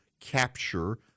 capture